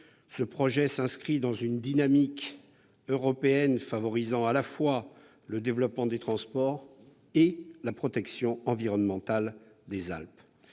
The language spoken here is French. Ce projet s'inscrit donc dans une dynamique européenne favorisant à la fois le développement des transports et la protection environnementale des Alpes.